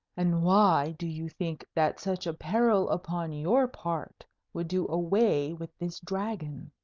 and why do you think that such a peril upon your part would do away with this dragon?